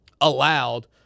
allowed